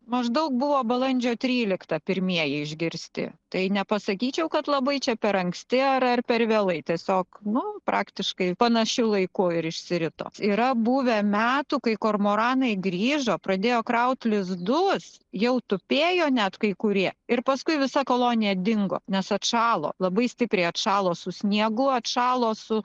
maždaug buvo balandžio tryliktą pirmieji išgirsti tai nepasakyčiau kad labai čia per anksti ar ar per vėlai tiesiog nu praktiškai panašiu laiku ir išsirito yra buvę metų kai kormoranai grįžo pradėjo kraut lizdus jau tupėjo net kai kurie ir paskui visa kolonija dingo nes atšalo labai stipriai atšalo su sniegu atšalo su